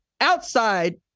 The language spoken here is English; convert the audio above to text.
outside